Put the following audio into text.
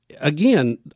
Again